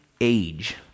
age